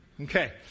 Okay